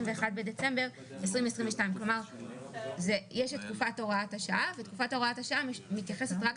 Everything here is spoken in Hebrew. בדצמבר 2022). אני אקריא: (2)נכה או עיוור שהיה זכאי